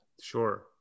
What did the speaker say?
Sure